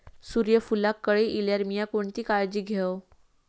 सूर्यफूलाक कळे इल्यार मीया कोणती काळजी घेव?